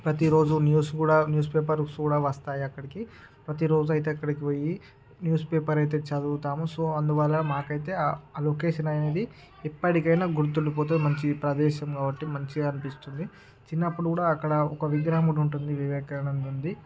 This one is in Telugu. ప్రతిరోజూ న్యూస్ కూడా న్యూస్ పేపర్స్ కూడా వస్తాయి అక్కడికి ప్రతిరోజూ అయితే అక్కడికి పోయి న్యూస్ పేపర్ అయితే చదువుతాము సో అందువల్ల మాకైతే ఆ లొకేషన్ అనేది ఎప్పటికైనా గుర్తుండిపోతుంది మంచి ప్రదేశం కాబట్టి మంచిగా అనిపిస్తుంది చిన్నపుడు కూడా అక్కడ ఒక విగ్రహం ఉంటుంది వివేకానందుడిది